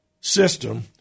system